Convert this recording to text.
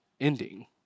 ending